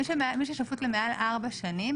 מי ששפוט למעל ארבע שנים,